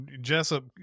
jessup